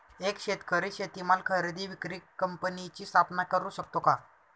एक शेतकरी शेतीमाल खरेदी विक्री कंपनीची स्थापना करु शकतो का?